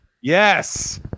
yes